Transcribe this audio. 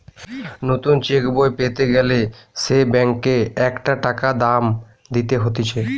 নতুন চেক বই পেতে গ্যালে সে ব্যাংকে একটা টাকা দাম দিতে হতিছে